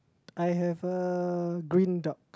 I have a green duck